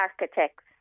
Architects